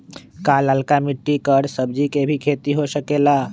का लालका मिट्टी कर सब्जी के भी खेती हो सकेला?